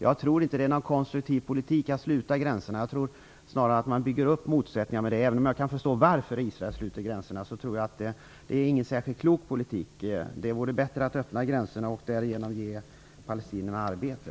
Jag tror inte att det är någon konstruktiv politik att sluta gränserna, utan jag tror snarare att man bygger upp motsättningar på det viset. Även om jag kan förstå varför Israel sluter gränserna, tror jag inte att det är en särskilt klok politik. Det vore bättre att öppna gränserna och därigenom ge palestinierna arbete.